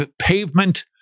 pavement